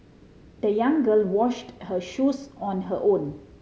the young girl washed her shoes on her own